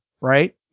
right